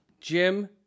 Jim